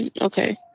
okay